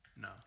No